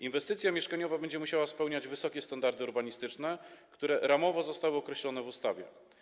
Inwestycja mieszkaniowa będzie musiała spełniać wysokie standardy urbanistyczne, które ramowo zostały określone w ustawie.